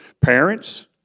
parents